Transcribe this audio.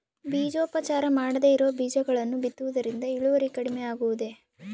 ಬೇಜೋಪಚಾರ ಮಾಡದೇ ಇರೋ ಬೇಜಗಳನ್ನು ಬಿತ್ತುವುದರಿಂದ ಇಳುವರಿ ಕಡಿಮೆ ಆಗುವುದೇ?